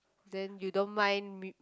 then you don't mind me